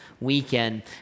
weekend